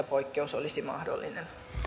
poikkeus olisi mahdollinen